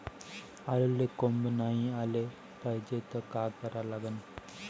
आलूले कोंब नाई याले पायजे त का करा लागन?